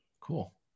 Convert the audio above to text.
Cool